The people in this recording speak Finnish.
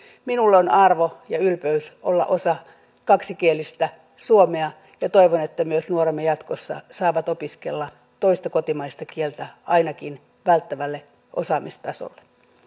minulle on arvo ja ylpeys olla osa kaksikielistä suomea ja toivon että myös nuoremme jatkossa saavat opiskella toista kotimaista kieltä ainakin välttävälle osaamistasolle